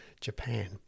Japan